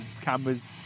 cameras